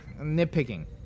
nitpicking